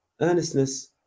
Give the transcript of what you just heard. Earnestness